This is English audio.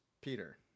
Peter